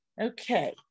okay